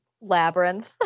Labyrinth